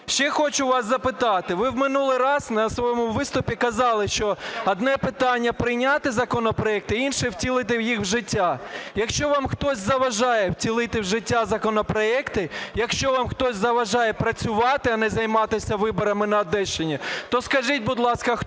Ще хочу вас запитати. Ви минулого разу в своєму виступі казали, що одне питання прийняти законопроекти, а інше – втілити їх в життя. Якщо вам хтось заважає втілити в життя законопроекти, якщо вам хтось заважає працювати, а не займатися виборами на Одещині, то скажіть, будь ласка, хто